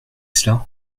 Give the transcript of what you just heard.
cela